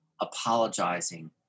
apologizing